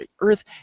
Earth